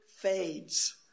fades